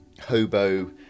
hobo